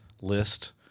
list